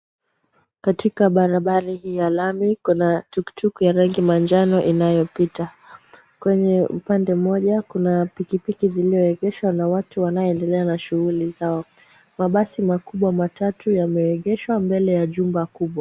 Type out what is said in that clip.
Katika barabara hii ya lami, kuna tuktuk ya rangi manjano inayopita. Kwenye upande mmoja kuna pikipiki zilioegeshwa na watu wanaoendelea na shughuli zao. Mabasi makubwa matatu yameegeshwa mbele ya jumba kubwa.